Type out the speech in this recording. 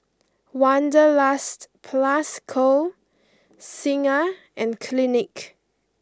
Wanderlust Plus Co Singha and Clinique